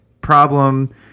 problem